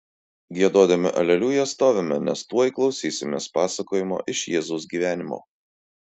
giedodami aleliuja stovime nes tuoj klausysimės pasakojimo iš jėzaus gyvenimo